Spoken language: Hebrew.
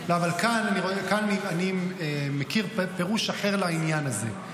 לא, אבל כאן אני מכיר פירוש אחר לעניין הזה.